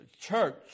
church